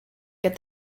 get